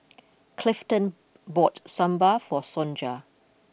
Clifton bought Sambal for Sonja